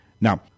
Now